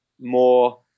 more